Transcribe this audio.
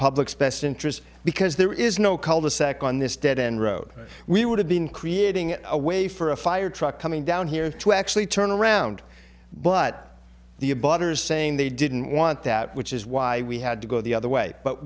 public's best interest because there is no cul de sac on this dead end road we would have been creating a way for a fire truck coming down here to actually turn around but the a butter saying they didn't want that which is why we had to go the other way but